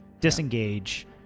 disengage